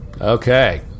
Okay